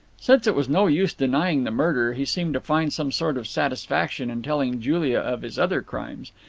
since it was no use denying the murder, he seemed to find some sort of satisfaction in telling julia of his other crimes.